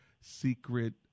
secret